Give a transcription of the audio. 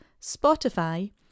Spotify